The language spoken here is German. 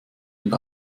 und